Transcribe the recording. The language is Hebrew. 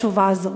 התשובה הזאת.